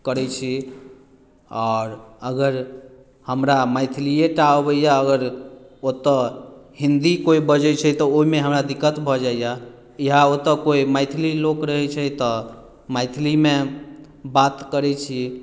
करै छी आओर अगर हमरा मैथिलीय टा आबैया अगर ओतय हिन्दी कोई बजै छै तऽ ओहिमे हमरा दिक्कत भऽ जाइया इहा ओतय कोई मैथिली लोक रहै छै तऽ मैथिली मे बात करै छी